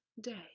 day